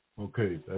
Okay